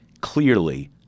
clearly